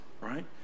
right